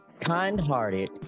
kind-hearted